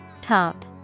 Top